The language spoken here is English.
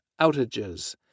outages